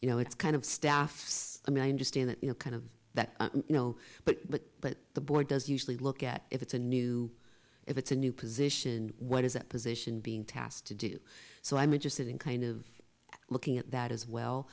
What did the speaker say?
you know it's kind of staffs i mean i understand that you know kind of that you know but but but the boy does usually look at if it's a new if it's a new position what is that position being tasked to do so i'm interested in kind of looking at that as well